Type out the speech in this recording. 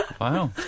Wow